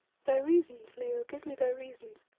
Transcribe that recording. thy reasons, leo, give me thy reasons.